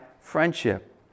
friendship